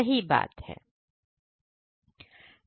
सही बात है